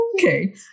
Okay